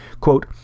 Quote